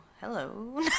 hello